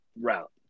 route